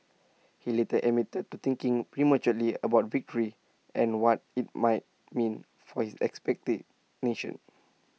he later admitted to thinking prematurely about victory and what IT might mean for his expectant nation